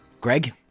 Greg